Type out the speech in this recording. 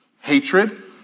Hatred